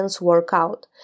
workout